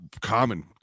common